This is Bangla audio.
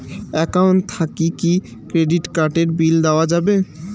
একাউন্ট থাকি কি ক্রেডিট কার্ড এর বিল দেওয়া যাবে?